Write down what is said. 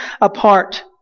apart